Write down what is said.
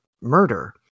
murder